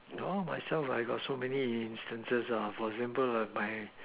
you know myself I got so many instances ah for example ah my